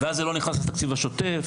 ואז זה לא נכנס לתקציב השוטף,